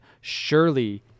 Surely